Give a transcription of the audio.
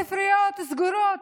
הספריות סגורות.